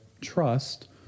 trust